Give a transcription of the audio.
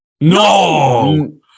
No